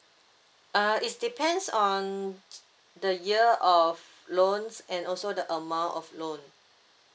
uh it's depends on the year of loan and also the amount of loan